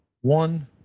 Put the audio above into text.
one